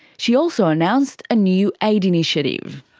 she also announced a new aid initiative.